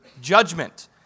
judgment